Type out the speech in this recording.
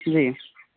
जी